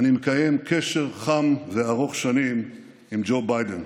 אני מקיים קשר חם וארוך שנים עם ג'ו ביידן,